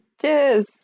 Cheers